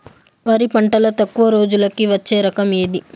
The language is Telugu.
వరి పంటలో తక్కువ రోజులకి వచ్చే రకం ఏది?